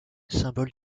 symbole